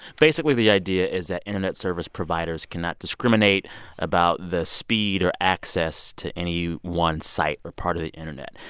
basically, the idea is that internet service providers cannot discriminate about the speed or access to any one site or part of the internet.